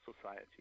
society